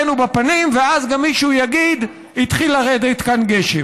ואז גם מישהו יגיד: התחיל לרדת כאן גשם.